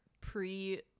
pre